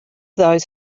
those